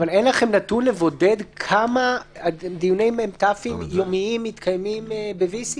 אין לכם נתון לבודד כמה דיוני מ"ת יומיים מתקיימים ב-VC?